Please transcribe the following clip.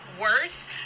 worse